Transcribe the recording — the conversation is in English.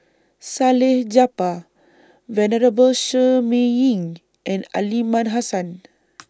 Salleh Japar Venerable Shi Ming Yi and Aliman Hassan